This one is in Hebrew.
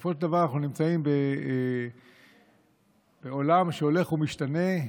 בסופו של דבר אנחנו נמצאים בעולם שהולך ומשתנה.